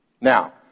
Now